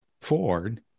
Ford